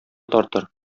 тартыр